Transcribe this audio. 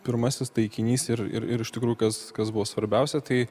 pirmasis taikinys ir ir ir iš tikrųjų kas kas buvo svarbiausia tai